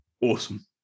Awesome